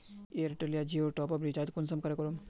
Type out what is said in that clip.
Airtel या जियोर top आप रिचार्ज कुंसम करे करूम?